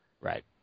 Right